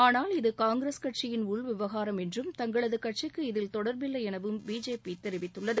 ஆனால் இது காங்கிரஸ் கட்சியின் உள்விவகாரம் என்றும் தங்களது கட்சிக்கு இதில் தொடர்பில்லை எனவும் பி ஜே பி தெரிவித்துள்ளது